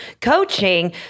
coaching